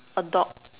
a dog